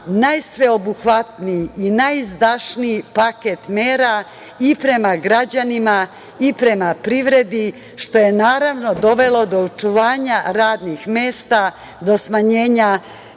najsveobuhvatniji i najizdašniji paket mera i prema građanima i prema privredi, što je naravno dovelo do očuvanja radnih mesta i naravno